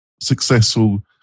successful